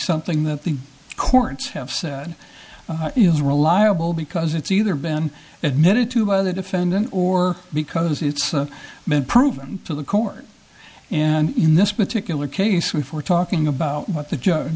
something that the courts have said is reliable because it's either been admitted to by the defendant or because it's been proven to the court and in this particular case we were talking about what the